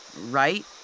right